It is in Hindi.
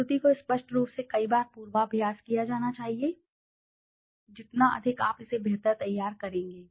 प्रस्तुति को स्पष्ट रूप से कई बार पूर्वाभ्यास किया जाना चाहिए जितना अधिक आप इसे बेहतर तैयार करेंगे